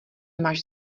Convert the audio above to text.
máš